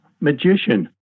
magician